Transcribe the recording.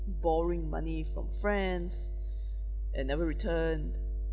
borrowing money from friends and never returned